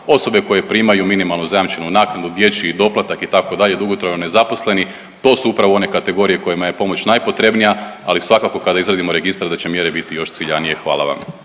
osobe koje primaju minimalnu zajamčenu naknadu, dječji doplatak itd., dugotrajno nezaposleni to su upravo one kategorije kojima je pomoć najpotrebnija, ali svakako kad izradimo registar da će mjere bit još ciljanije. Hvala vam.